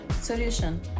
Solution